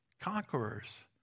Conquerors